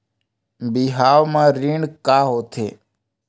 बिहाव म ऋण का होथे?